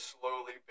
slowly